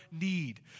need